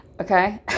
okay